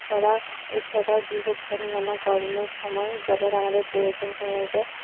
করা এছাড়াও গৃহস্থালি নানা কর্মের সময় জলের আমাদের প্রয়োজন হয়ে যায়